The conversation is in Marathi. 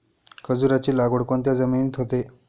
खजूराची लागवड कोणत्या जमिनीत होते?